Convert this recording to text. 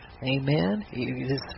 Amen